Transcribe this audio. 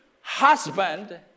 husband